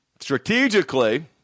strategically